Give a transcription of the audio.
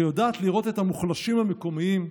שיודעת לראות את המוחלשים המקומיים,